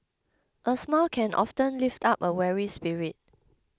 a smile can often lift up a weary spirit